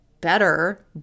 better